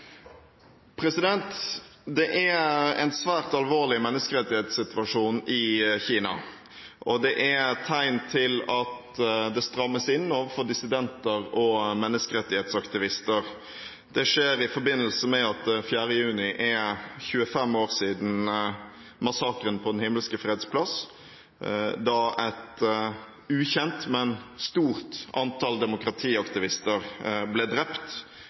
en svært alvorlig menneskerettighetssituasjon i Kina, og det er tegn til at det strammes inn overfor dissidenter og menneskerettighetsaktivister. Det skjer i forbindelse med at det 4. juni er 25 år siden massakren på Den himmelske freds plass, da et ukjent, men stort antall demokratiaktivister ble drept